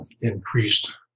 increased